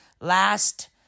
last